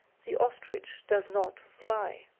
the ostrich does not fly.